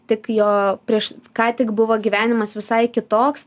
tik jo prieš ką tik buvo gyvenimas visai kitoks